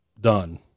done